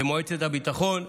במועצת הביטחון,